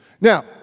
Now